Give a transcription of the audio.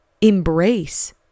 embrace